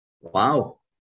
Wow